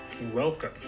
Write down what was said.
Welcome